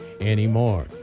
anymore